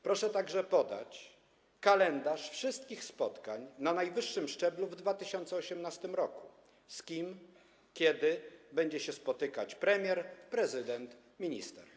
Proszę także podać kalendarz wszystkich spotkań na najwyższym szczeblu w 2018 r., z kim, kiedy będzie się spotykać premier, prezydent, minister.